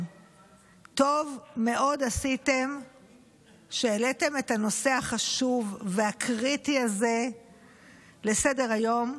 טוב מאוד עשיתם שהעליתם את הנושא החשוב והקריטי הזה לסדר-היום.